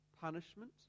punishment